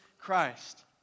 Christ